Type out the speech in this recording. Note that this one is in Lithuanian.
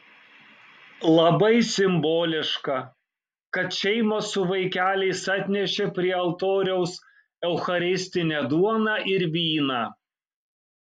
labai simboliška kad šeimos su vaikeliais atnešė prie altoriaus eucharistinę duoną ir vyną